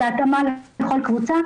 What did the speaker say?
בהתאמה לכל קבוצה,